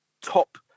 top